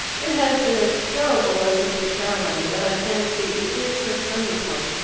it has been a terrible lesson for caroline, but i fancy it is her turning-point.